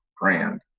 brand